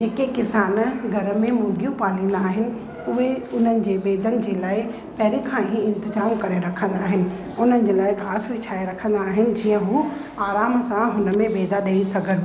जेके किसान घर में मुर्गियूं पालींदा आहिनि उहे उन्हनि जे बेदनि जे लाइ पहिरीं खां ई इंतज़ामु करे रखंदा आहिनि उन्हनि जे लाइ घास विछाए रखंदा आहिनि जीअं हू आराम सां हुन में बेदा ॾेई सघनि